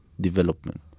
development